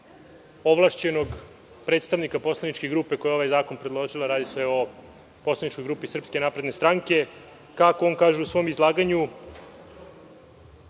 ovlašćenog predstavnika poslaničke grupe koja je ovaj zakon predložila, a radi se o poslaničkoj grupi SNS, kako kaže u svom izlaganju,